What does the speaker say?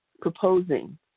proposing